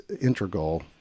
integral